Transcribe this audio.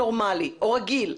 נורמלי, רגיל.